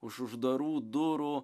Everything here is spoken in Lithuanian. už uždarų durų